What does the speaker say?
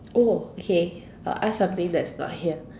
oh okay I will ask something that's not here